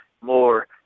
more